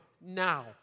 now